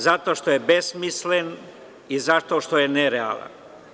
Zato što je besmislen i zato što je nerealan.